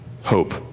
hope